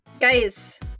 Guys